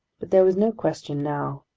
but there was no question now.